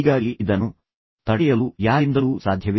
ಹೀಗಾಗಿ ಇದನ್ನು ತಡೆಯಲು ಯಾರಿಂದಲೂ ಸಾಧ್ಯವಿಲ್ಲ